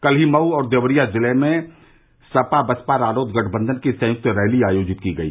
कल ही मऊ और देवरिया जिलों में सप बसपा रालोद गठबंधन की संयुक्त रैली आयोजित की गई